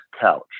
couch